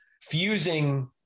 fusing